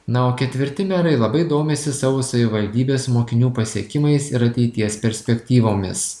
na o ketvirti merai labai domisi savo savivaldybės mokinių pasiekimais ir ateities perspektyvomis